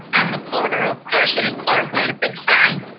on the corner of carson and clarke, we had a big sign.